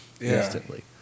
instantly